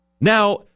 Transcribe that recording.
Now